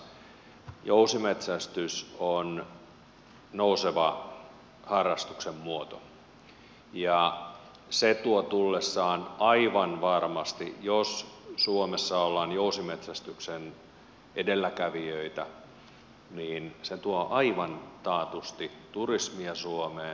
jousimetsästys on nouseva harrastuksen muoto ja se tuo tullessaan aivan taatusti jos suomessa ollaan jousimetsästyksen edelläkävijöitä turismia suomeen